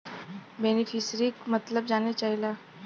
बेनिफिसरीक मतलब जाने चाहीला?